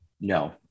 No